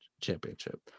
championship